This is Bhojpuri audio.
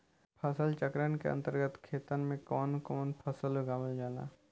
फसल चक्रण के अंतर्गत खेतन में कवन कवन फसल उगावल जाला?